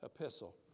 epistle